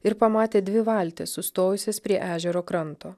ir pamatė dvi valtis sustojusias prie ežero kranto